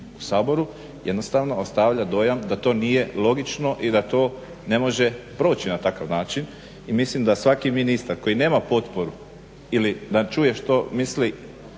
u Saboru jednostavno ostavlja dojam da to nije logično i da to ne može proći na takav način. Mislim da svaki ministar koji nema potporu ili da čuje što misli